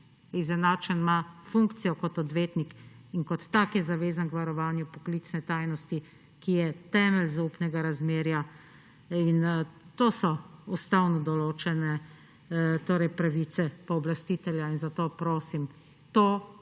Izenačeno ima funkcijo kot odvetnik in kot tak je zavezan k varovanju poklicne tajnosti, ki je temelj zaupnega razmerja. To so ustavno določene pravice pooblastitelja. In zato prosim, to,